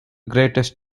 greatest